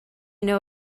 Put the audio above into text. know